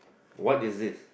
what is this